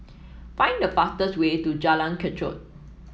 find the fastest way to Jalan Kechot